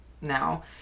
now